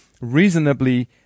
reasonably